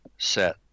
set